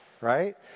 right